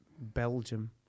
belgium